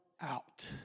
out